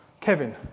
Kevin